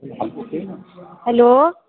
hello